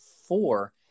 four